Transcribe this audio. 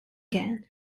gun